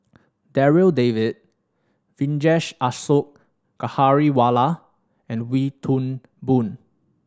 Darryl David Vijesh Ashok Ghariwala and Wee Toon Boon